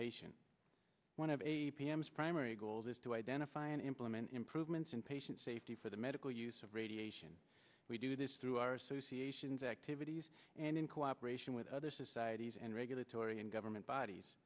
patient one of a p m s primary goals is to identify and implement improvements in patient safety for the medical use of radiation we do this through our associations activities and in cooperation with other societies and regulatory and government bodies